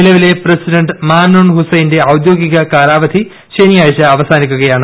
നിലവിലെ പ്രസിഡന്റ് മെന്നൂൺ ഹുസൈന്റെ ഔദ്യോഗിക കാലാവധി ശനിയാഴ്ച അവസാനിക്കുകയാണ്